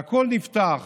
והכול נפתח